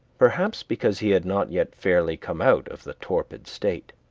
perhaps because he had not yet fairly come out of the torpid state.